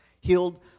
healed